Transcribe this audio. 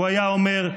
הוא היה אומר,